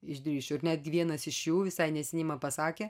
išdrįsčiau ir netgi vienas iš jų visai neseniai man pasakė